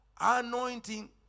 Anointing